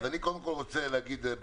אני מבקש שיהיה לי קשב מלא ולא כפול.